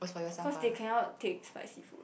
cause they cannot take spicy food